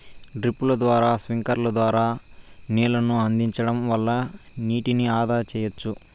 డ్రిప్పుల ద్వారా స్ప్రింక్లర్ల ద్వారా నీళ్ళను అందించడం వల్ల నీటిని ఆదా సెయ్యచ్చు